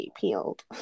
peeled